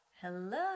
Hello